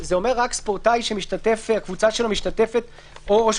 זה אומר רק ספורטאי שהקבוצה שלו משתתפת או שהוא